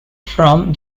from